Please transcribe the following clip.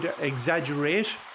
exaggerate